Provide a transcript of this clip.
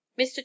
Mr